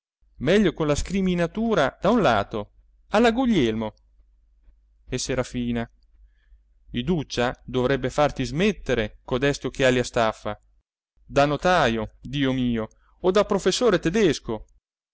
meglio con la scriminatura da un lato alla guglielmo e serafina iduccia dovrebbe farti smettere codesti occhiali a staffa da notajo dio mio o da professore tedesco